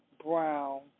Brown